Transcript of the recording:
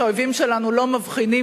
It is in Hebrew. שהאויבים שלנו לא מבחינים,